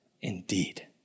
indeed